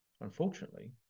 Unfortunately